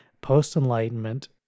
post-enlightenment